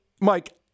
Mike